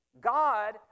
God